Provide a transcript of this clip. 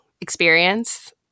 experience